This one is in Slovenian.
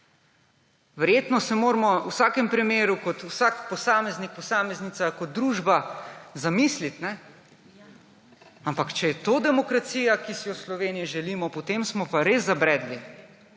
Verjetno se moramo v vsakem primeru kot vsak posameznik, posameznica, kot družba zamisliti. Ampak če je to demokracija, ki si jo v Sloveniji želimo, potem smo pa res zabredli.